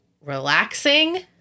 relaxing